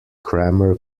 kramer